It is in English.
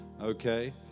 okay